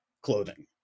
clothing